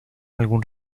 algún